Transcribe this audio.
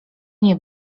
nie